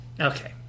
okay